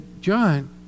John